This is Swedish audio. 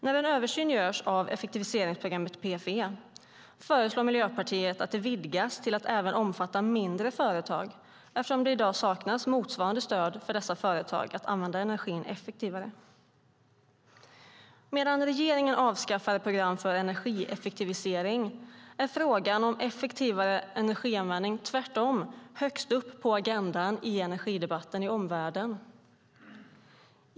När en översyn görs av effektiviseringsprogrammet PFE föreslår Miljöpartiet att det vidgas till att även omfatta mindre företag eftersom det i dag saknas motsvarande stöd för dessa företag att använda energin effektivare. Medan regeringen avskaffar program för energieffektivisering är frågan om effektivare energianvändning tvärtom högst upp på agendan i energidebatten i omvärlden.